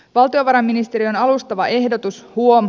valtiovarainministeriön alustava ehdotus huom